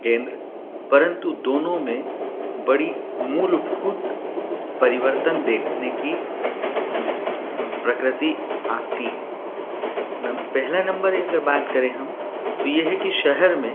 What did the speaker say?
केन्द्र परन्तु दोनों में बड़ी मूलभूत परिवर्तन देखने की प्रकृति आती है नम पहला नम्बर अगर बात करें हम तो यह है कि शहर में